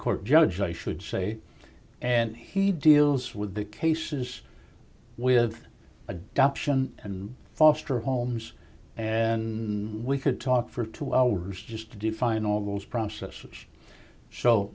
court judge i should say and he deals with the cases with adoption and foster homes and we could talk for two hours just to define all those process